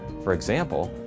for example,